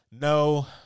No